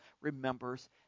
remembers